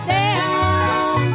down